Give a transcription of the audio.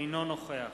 אינו נוכח